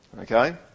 okay